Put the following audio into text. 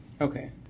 Okay